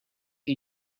you